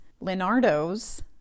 Leonardo's